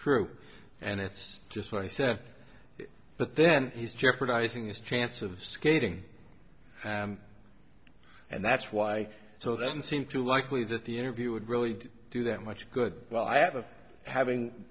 true and it's just what i said but then he's jeopardizing his chance of skating and that's why so then seemed too likely that the interview would really do that much good well i have of having